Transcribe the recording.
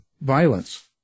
Violence